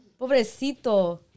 Pobrecito